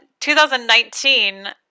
2019